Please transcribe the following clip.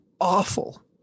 awful